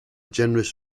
generous